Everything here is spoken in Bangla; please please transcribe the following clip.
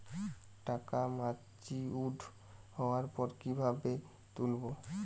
টাকা ম্যাচিওর্ড হওয়ার পর কিভাবে তুলব?